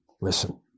listen